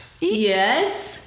Yes